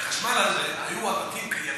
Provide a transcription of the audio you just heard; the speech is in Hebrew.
החשמל הזה, הבתים היו קיימים.